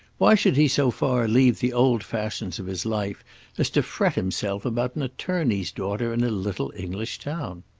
why should he so far leave the old fashions of his life as to fret himself about an attorney's daughter in a little english town?